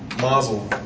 Mazel